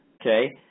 okay